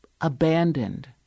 abandoned